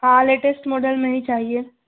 ہاں latest model میں ہی چاہیے